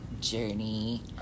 journey